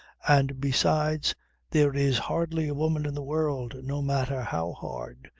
and besides there is hardly a woman in the world, no matter how hard,